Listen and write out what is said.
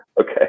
Okay